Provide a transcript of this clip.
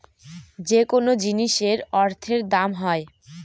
যেকোনো জিনিসের অর্থের দাম হয়